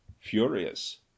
furious